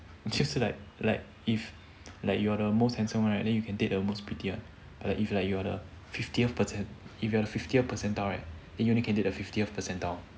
just like like if like you are the most handsome right then you can take most pretty one but if like you're the fiftieth percent if you are the fiftieth percentile right then you only can date the fiftieth percentile